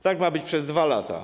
Tak ma być przez 2 lata.